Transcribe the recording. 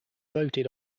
voted